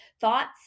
thoughts